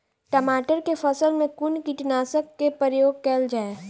टमाटर केँ फसल मे कुन कीटनासक केँ प्रयोग कैल जाय?